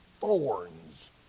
thorns